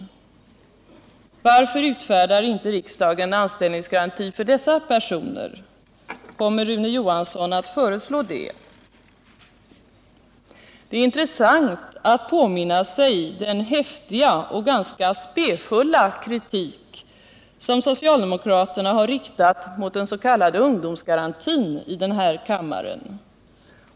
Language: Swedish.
Varför utfärdar inte riksdagen anställningsgaranti för dessa personer? Kommer Rune Johansson att föreslå det? Det är intressant att påminna sig den häftiga och ganska spefulla kritik som socialdemokraterna har riktat mot den s.k. ungdomsgarantin i denna kammare.